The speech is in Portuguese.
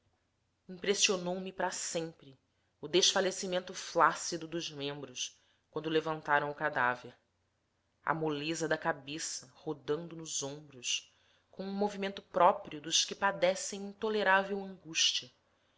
o levaram impressionou me para sempre o desfalecimento flácido dos membros quando levantaram o cadáver a moleza da cabeça rodando nos ombros com um movimento próprio dos que padecem intolerável angústia